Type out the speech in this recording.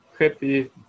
happy